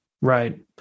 Right